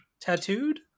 tattooed